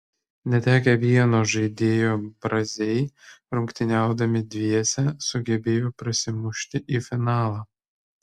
netekę vieno žaidėjo braziai rungtyniaudami dviese sugebėjo prasimušti į finalą